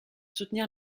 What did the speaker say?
soutenir